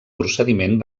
procediment